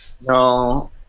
no